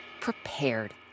prepared